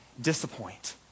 disappoint